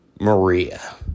Maria